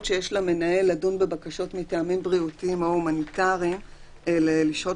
שיש למנהל לדון בבקשות מטעמים בריאותיים או הומניטריים לשהות